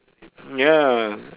ya